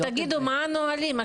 אבל תגידו מה הנהלים,